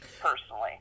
personally